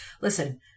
Listen